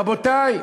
רבותי,